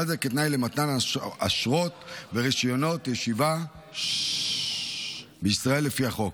ובכלל זה כתנאי למתן אשרות ורישיונות ישיבה בישראל לפי החוק.